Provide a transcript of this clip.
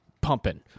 pumping